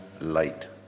light